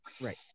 Right